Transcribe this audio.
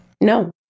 No